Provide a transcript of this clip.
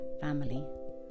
family